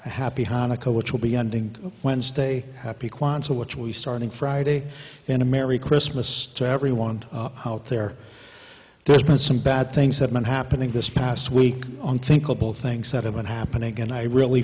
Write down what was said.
happy hanukkah which will be ending wednesday happy kwanzaa which we starting friday and a merry christmas to everyone out there there's been some bad things have been happening this past week on thinkable things that have been happening and i really